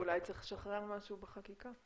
אולי צריך לשחרר משהו בחקיקה.